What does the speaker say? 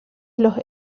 los